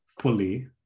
fully